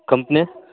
company